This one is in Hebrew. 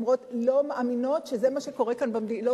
הן אומרות: לא מאמינות שזה מה שקורה כאן במליאה.